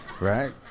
Right